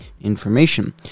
information